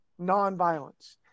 nonviolence